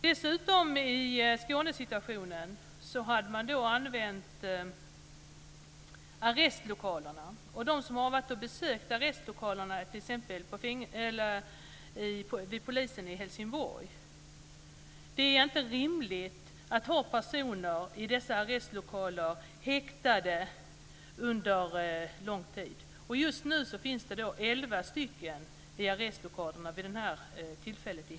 I Skåne har man dessutom använt arrestlokalerna, t.ex. Det är inte rimligt att ha personer i dessa arrestlokaler häktade under lång tid. I helgen som gick fanns det elva personer i arrestlokalerna vid just det tillfället.